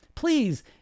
Please